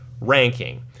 ranking